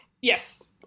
Yes